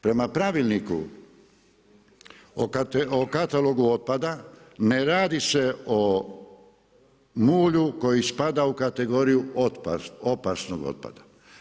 Prema pravilniku o katalogu otpada ne radi se o mulju koji spada u kategoriju opasnog otpada.